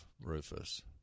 Rufus